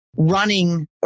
running